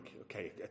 okay